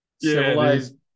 civilized